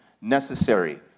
necessary